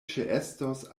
ĉeestos